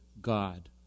God